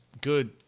good